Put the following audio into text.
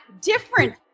different